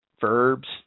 Verbs